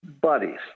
buddies